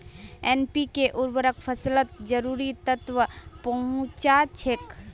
NPK उर्वरक फसलत जरूरी तत्व पहुंचा छेक